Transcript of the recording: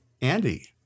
Andy